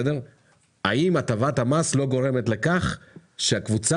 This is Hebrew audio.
האם הטבת המס לא גורמת לכך שהקבוצה